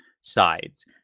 sides